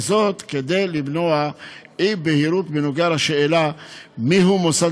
וזאת כדי למנוע אי-בהירות בנוגע לשאלה מיהו מוסד